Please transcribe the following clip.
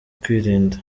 kwirinda